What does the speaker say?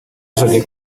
jolie